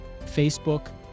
Facebook